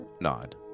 nod